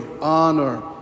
honor